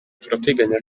turateganya